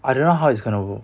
I don't know how it's gonna go